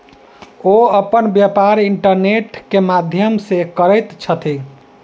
ओ अपन व्यापार इंटरनेट के माध्यम से करैत छथि